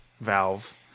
valve